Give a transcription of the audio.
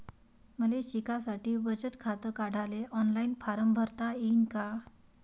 मले शिकासाठी बचत खात काढाले ऑनलाईन फारम भरता येईन का?